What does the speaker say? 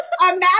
Imagine